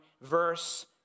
verse